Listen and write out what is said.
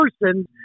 person